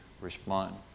respond